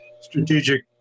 strategic